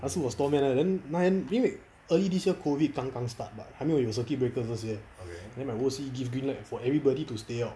他是我 store man 来的 then 那因为 early this year COVID 刚刚 start 还没有 circuit breaker 这些 then my O_C give green light for everybody to stay out